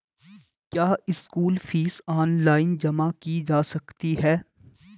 क्या school fees online जमा की जा सकती है?